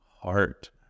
heart